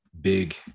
big